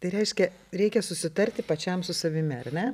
tai reiškia reikia susitarti pačiam su savimi ar ne